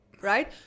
right